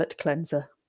cleanser